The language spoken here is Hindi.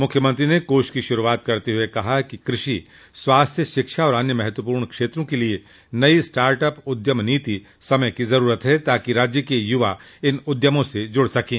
मुख्यमंत्री ने कोष की शुरूआत करते हुए कहा कि कृषि स्वास्थ्य शिक्षा और अन्य महत्वपूर्ण क्षेत्रों के लिए नई स्टार्टअप उद्यम नीति समय की जरूरत है ताकि राज्य के युवा इन उद्यमों से जुड़ सकें